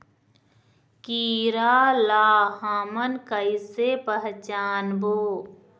कीरा ला हमन कइसे पहचानबो?